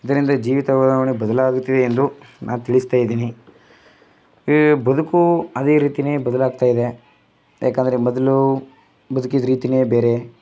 ಇದರಿಂದ ಜೀವಿತಾವಧಿಯು ಬದಲಾಗುತ್ತಿದೆ ಎಂದು ನಾ ತಿಳಿಸ್ತಾಯಿದ್ದೀನಿ ಈ ಬದುಕು ಅದೇ ರೀತಿಯೇ ಬದಲಾಗ್ತಾಯಿದೆ ಏಕೆಂದ್ರೆ ಮೊದಲು ಬದ್ಕಿದ್ದ ರೀತಿಯೇ ಬೇರೆ